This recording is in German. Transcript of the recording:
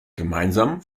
gemeinsam